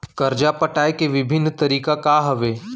करजा पटाए के विभिन्न तरीका का हवे?